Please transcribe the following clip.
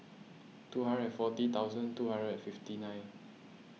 two hundred and forty thousand two hundred and fifty nine